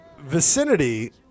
vicinity